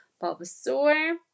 Bulbasaur